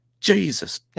Jesus